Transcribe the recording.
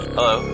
Hello